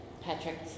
Patrick